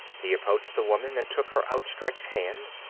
he approached the woman and took her outstretched hand.